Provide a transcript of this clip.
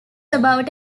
about